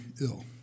ill